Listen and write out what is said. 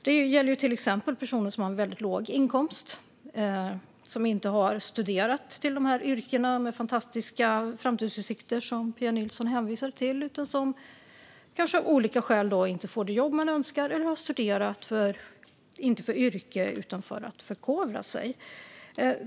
Det gäller till exempel personer som har väldigt låg inkomst - de som inte har studerat till de yrken med fantastiska framtidsutsikter som Pia Nilsson hänvisade till, de som av olika skäl inte får de jobb de önskar eller de som har studerat inte för yrke utan för att förkovra sig.